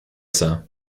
sir